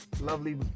lovely